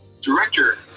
director